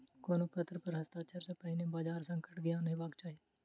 कोनो पत्र पर हस्ताक्षर सॅ पहिने बजार संकटक ज्ञान हेबाक चाही